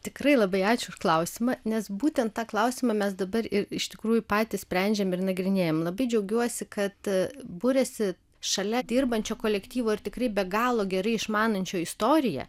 tikrai labai ačiū klausimą nes būtent tą klausimą mes dabar ir iš tikrųjų patys sprendžiam ir nagrinėjam labai džiaugiuosi kad buriasi šalia dirbančio kolektyvo ir tikrai be galo gerai išmanančio istoriją